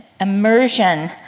Immersion